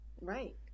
right